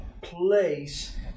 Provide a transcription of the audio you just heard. place